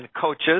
coaches